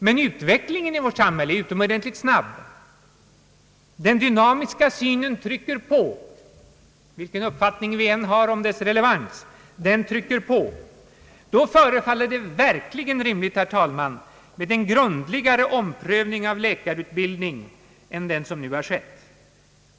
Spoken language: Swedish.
Men utvecklingen i vårt samhälle är utomordentlig snabb — den dynamiska synen trycker på, vilken uppfattning vi än har om dess relevans. Då förefaller det verkligen rimligt, herr talman, med en grundligare omprövning av läkarutbildningen än den som nu har skett.